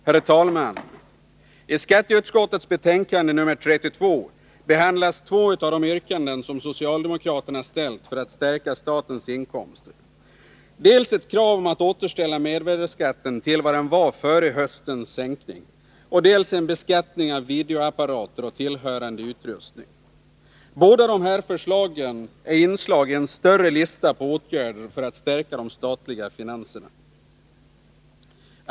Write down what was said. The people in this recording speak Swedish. Herr talman! I skatteutskottets betänkande nr 32 behandlas två av de yrkanden som socialdemokraterna ställt för att stärka statens inkomster, nämligen dels om återställande av mervärdeskatten till vad den var före höstens sänkning, dels om beskattning av videoapparater och tillhörande utrustning. Båda dessa förslag är inslag i en större lista på åtgärder för att stärka de statliga finanserna.